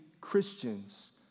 Christians